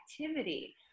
activity